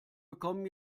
bekommen